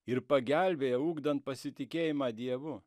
ir pagelbėja ugdant pasitikėjimą dievu